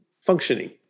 functioning